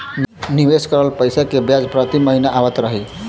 निवेश करल पैसा के ब्याज प्रति महीना आवत रही?